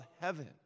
heaven